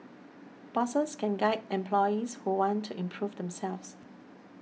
bosses can guide employees who want to improve themselves